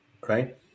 right